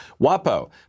WAPO